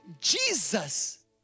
Jesus